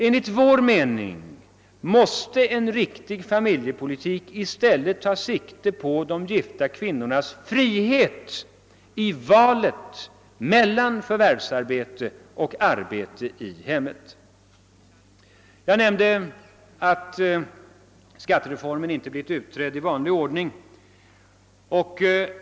Enligt vår mening måste en riktig familjepolitik i stället ta sikte på de gifta kvinnornas frihet i valet mellan förvärvsarbete oftast förenat med arbete i hemmet och att uteslutande ägna sig åt hemarbete. Jag nämnde att skattereformen inte blivit utredd i vanlig ordning.